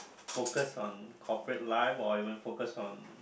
focus on cooperate life or even Forcus on